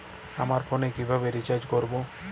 আমার ফোনে কিভাবে রিচার্জ করবো?